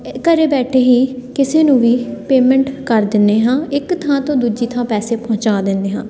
ਘਰ ਬੈਠੇ ਹੀ ਕਿਸੇ ਨੂੰ ਵੀ ਪੇਮੈਂਟ ਕਰ ਦਿੰਦੇ ਹਾਂ ਇੱਕ ਥਾਂ ਤੋਂ ਦੂਜੀ ਥਾਂ ਪੈਸੇ ਪਹੁੰਚਾ ਦਿੰਦੇ ਹਾਂ